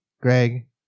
Greg